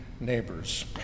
neighbors